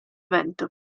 vento